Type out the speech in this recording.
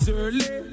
early